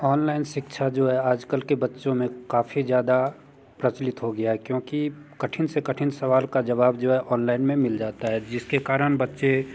online शिक्षा जो है आजकल के बच्चों में काफ़ी ज़्यादा प्रचलित हो गया है क्योंकि कठिन से कठिन सवाल का जवाब जो है ऑनलाइन में मिल जाता है जिसके कारण बच्चे